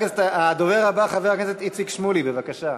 הדובר הבא, חבר הכנסת איציק שמולי, בבקשה.